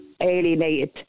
alienated